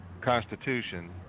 Constitution